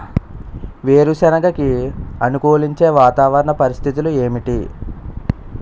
వేరుసెనగ కి అనుకూలించే వాతావరణ పరిస్థితులు ఏమిటి?